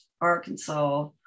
Arkansas